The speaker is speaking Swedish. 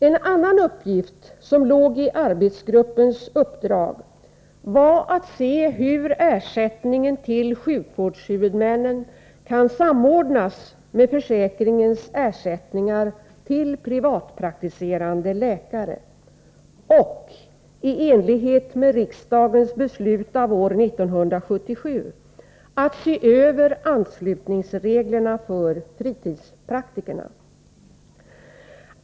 En annan uppgift som låg i arbetsgruppens uppdrag var att se hur ersättningen till sjukvårdshuvudmännen kan samordnas med försäkringens ersättningar till privatpraktiserande läkare och att, i enlighet med riksdagens beslut av år 1977, se över anslutningsreglerna för fritidspraktikerna.